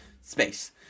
space